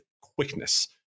quickness